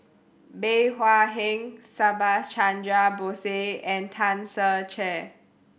Bey Hua Heng Subhas Chandra Bose and Tan Ser Cher